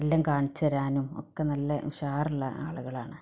എല്ലാം കാണിച്ച് തരാനും ഒക്കെ നല്ല ഉഷാറുള്ള ആളുകളാണ്